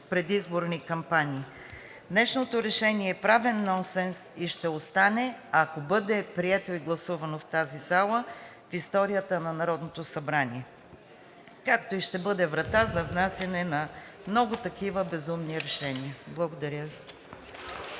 предизборни кампании. Днешното решение е правен нонсенс и ще остане, ако бъде прието и гласувано в тази зала, в историята на Народното събрание, както и ще бъде врата за внасяне на много такива безумни решения. Благодаря Ви.